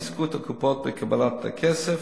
הם יזכו את הקופות בקבלת הכסף.